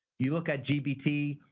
you look at gbt,